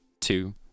two